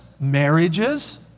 marriages